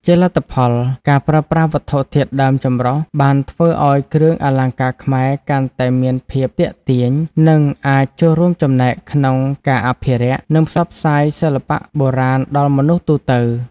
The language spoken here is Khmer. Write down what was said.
ជាលទ្ធផល ការប្រើប្រាស់វត្ថុធាតុដើមចម្រុះបានធ្វើឱ្យគ្រឿងអលង្ការខ្មែរកាន់តែមានភាពទាក់ទាញ និងអាចចូលរួមចំណែកក្នុងការអភិរក្ស និងផ្សព្វផ្សាយសិល្បៈបុរាណដល់មនុស្សទូទៅ។